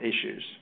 issues